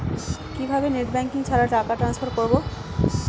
কিভাবে net banking ছাড়া টাকা টান্সফার করব?